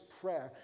prayer